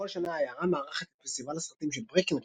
בכל שנה העיירה מארחת את פסטיבל הסרטים של ברקנרידג',